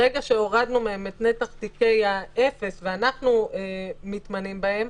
ברגע שהורדנו מהם את נתח תיקי האפס ואנחנו מתמנים בהם,